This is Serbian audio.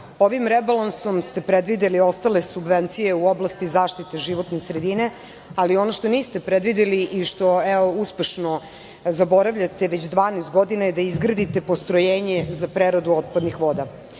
ovim rebalansom ste predvideli ostale subvencije u oblasti zaštite životne sredine, ali ono što niste predvideli i što uspešno zaboravljate već 12 godina je da izgradite postrojenje za preradu otpadnih voda.